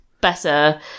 better